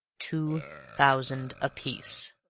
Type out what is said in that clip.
two thousand apiece,